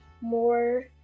more